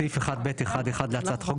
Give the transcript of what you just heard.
בסעיף 1(ב1)(1) להצעת החוק,